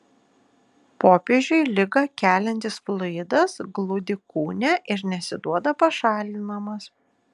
popiežiui ligą keliantis fluidas glūdi kūne ir nesiduoda pašalinamas